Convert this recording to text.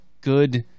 good